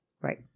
Right